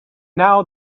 now